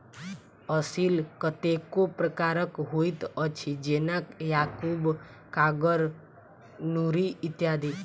असील कतेको प्रकारक होइत अछि, जेना याकूब, कागर, नूरी इत्यादि